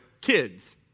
kids